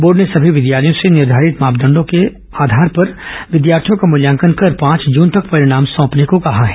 board ने समी विद्यालयों से निर्घारित मानदंडों पर विद्यार्थियों का मुल्यांकन कर पांच जुन तक परिणाम सौंपने को कहा है